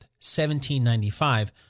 1795